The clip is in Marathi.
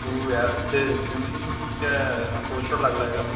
तू या इथे पिऊनच्या पोस्टवर लागला आहे का